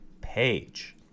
page